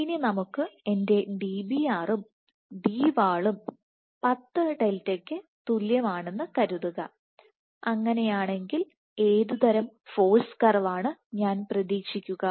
ഇനി നമുക്ക് എൻറെ Dbr ഉം Dwall ഉം 10 ഡെൽറ്റയ്ക്ക് തുല്യമാണെന്ന് കരുതുക അങ്ങനെയെങ്കിൽ ഏത് തരം ഫോഴ്സ് കർവ് ആണ് ഞാൻ പ്രതീക്ഷിക്കുക